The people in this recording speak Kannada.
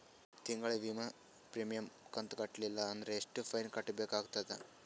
ತಿಂಗಳ ವಿಮಾ ಪ್ರೀಮಿಯಂ ಕಂತ ಕಟ್ಟಲಿಲ್ಲ ಅಂದ್ರ ಎಷ್ಟ ಫೈನ ಕಟ್ಟಬೇಕಾಗತದ?